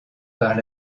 par